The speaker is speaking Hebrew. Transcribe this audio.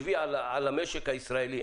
שהביא על המשק הישראלי.